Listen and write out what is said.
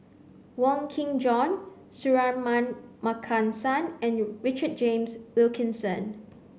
Wong Kin Jong Suratman Markasan and Richard James Wilkinson